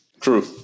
True